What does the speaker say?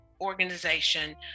organization